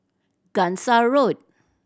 Gangsa Road